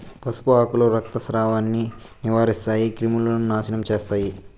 పసుపు ఆకులు రక్తస్రావాన్ని నివారిస్తాయి, క్రిములను నాశనం చేస్తాయి